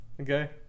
okay